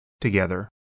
together